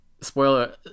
spoiler